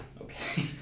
Okay